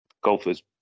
golfers